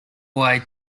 way